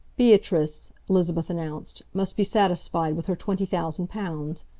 beatrice, elizabeth announced, must be satisfied with her twenty thousand pounds.